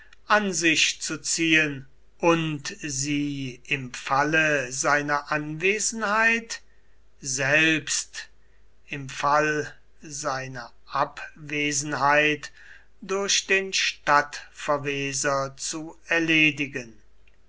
an sich zu ziehen und sie im falle seiner anwesenheit selbst im fall seiner abwesenheit durch den stadtverweser zu erledigen